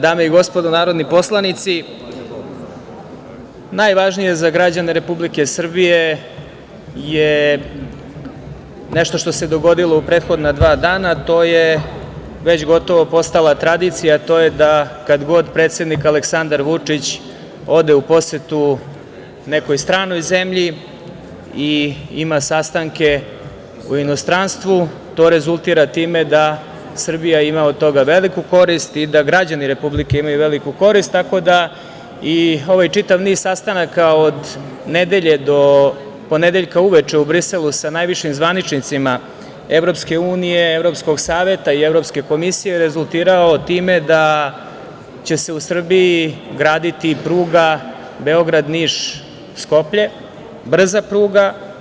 Dame i gospodo narodni poslanici, najvažnije za građane Republike Srbije je nešto što se dogodilo u prethodna dva dana, a to je već gotovo postala tradicija, a to je da kad god predsednik Aleksandar Vučić ode u posetu nekoj stranoj zemlji i ima sastanke u inostranstvu, to rezultira time da Srbija ima od toga veliku korist i da građani Republike imaju veliku korist, tako da i ovaj čitav niz sastanaka od nedelje do ponedeljka uveče u Briselu sa najvišim zvaničnicima EU, Evropskog saveta i Evropske komisije rezultirao je time da će se u Srbiji graditi pruga Beograd-Niš-Skoplje, brza pruga.